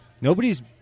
nobody's